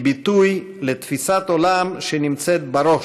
היא ביטוי לתפיסת עולם שנמצאת בראש,